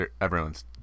everyone's